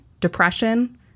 depression